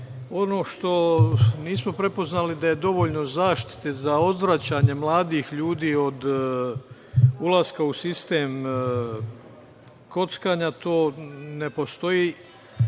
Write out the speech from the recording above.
što nismo prepoznali da je dovoljno zaštite za odvraćanje mladih ljudi od ulaska u sistem kockanja, to ne postoji.